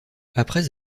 après